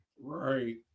Right